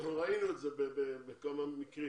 ראינו את זה בכמה מקרים